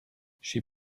she